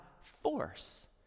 force